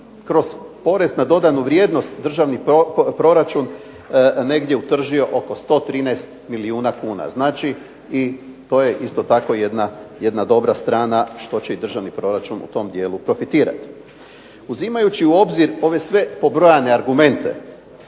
kroz porez na dodanu vrijednost državni proračun negdje utržio oko 113 milijuna kuna. Znači, to je isto tako jedna dobra strana što će i državni proračun u tom dijelu profitirati. Uzimajući u obzir sve ove pobrojane argumente,